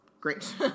Great